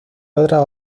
otras